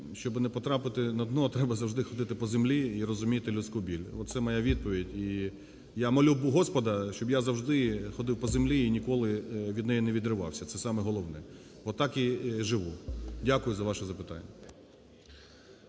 щоби не потрапити на дно, треба завжди ходити по землі і розуміти людську біль. Оце моя відповідь. І я молю Господа, щоб я завжди ходив по землі і ніколи від неї не відривався, це саме головне. Отак і живу. Дякую за ваше запитання.